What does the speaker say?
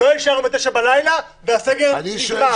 לא אישרנו עד 9 בלילה והסגר נגמר,